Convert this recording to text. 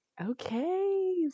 Okay